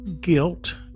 guilt